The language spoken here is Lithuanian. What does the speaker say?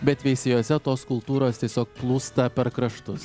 bet veisiejuose tos kultūros tiesiog plūsta per kraštus